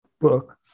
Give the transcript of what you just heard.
book